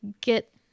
get